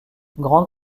grande